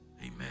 Amen